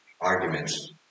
arguments